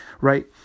Right